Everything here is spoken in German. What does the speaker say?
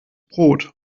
brot